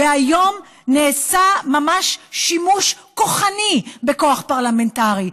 והיום נעשה ממש שימוש כוחני בכוח פרלמנטרי.